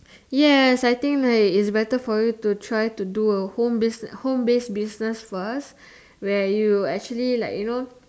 yes I think like it's better for you to try to do a home base home base business first where you actually like you know